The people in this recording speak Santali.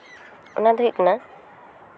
ᱚᱱᱟ ᱫᱚ ᱦᱩᱭᱩᱜ ᱠᱟᱱᱟ